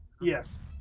yes